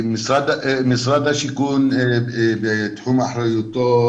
משרד השיכון, בתחום אחריותו,